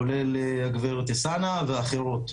כולל הגברת אלסאנע ואחרות,